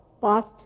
past